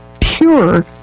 pure